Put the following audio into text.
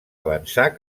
avançar